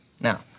Now